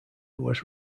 was